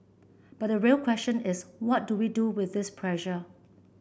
but the real question is what do we do with this pressure